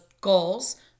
goals